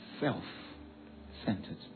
self-centered